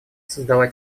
создала